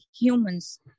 humans